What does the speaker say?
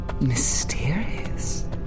mysterious